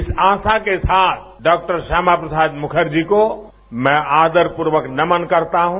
इस आशा के साथ डॉ श्यामा प्रसाद मुखर्जी जी को मैं आदरपूर्वक नमन करता हूं